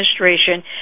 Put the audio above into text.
Administration